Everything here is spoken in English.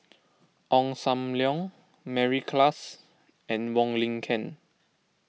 Ong Sam Leong Mary Klass and Wong Lin Ken